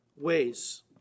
ways